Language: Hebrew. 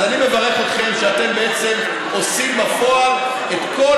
אז אני מברך אתכם שאתם בעצם עושים בפועל את כל